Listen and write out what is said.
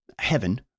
heaven